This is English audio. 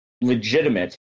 legitimate